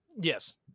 Yes